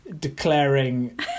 declaring